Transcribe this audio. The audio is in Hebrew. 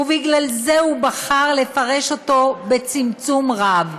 ובגלל זה הוא בחר לפרש אותו בצמצום רב.